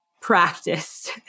practiced